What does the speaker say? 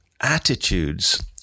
attitudes